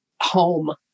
home